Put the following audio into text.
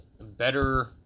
better